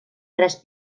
tres